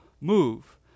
move